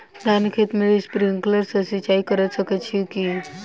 धानक खेत मे स्प्रिंकलर सँ सिंचाईं कऽ सकैत छी की?